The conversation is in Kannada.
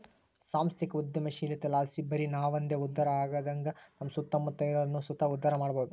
ಸಾಂಸ್ಥಿಕ ಉದ್ಯಮಶೀಲತೆಲಾಸಿ ಬರಿ ನಾವಂದೆ ಉದ್ಧಾರ ಆಗದಂಗ ನಮ್ಮ ಸುತ್ತಮುತ್ತ ಇರೋರ್ನು ಸುತ ಉದ್ಧಾರ ಮಾಡಬೋದು